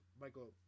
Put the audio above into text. Michael